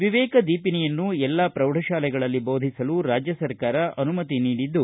ವಿವೇಕದೀಪೀನಿಯನ್ನು ಎಲ್ಲಾ ಪ್ರೌಢ ಶಾಲೆಗಳಲ್ಲಿ ಬೋಧಿಸಲು ರಾಜ್ಯ ಸರ್ಕಾರ ಅನುಮತಿ ನೀಡಿದ್ದು